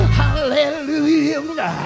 hallelujah